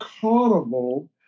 Carnival